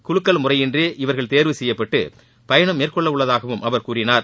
குலுக்கல் முறையின்றி இவர்கள் தேர்வு செய்யப்பட்டு பயணம் மேற்கொள்ளவுள்ளதாகவும் அவர் கூறினார்